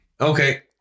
Okay